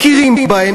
מכירים בהם.